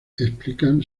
explican